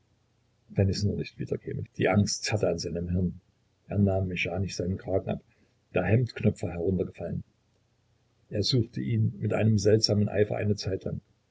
wenn es nur nicht wiederkäme die angst zerrte an seinem hirn er nahm mechanisch seinen kragen ab der hemdenknopf war heruntergefallen er suchte ihn mit einem seltsamen eifer eine zeitlang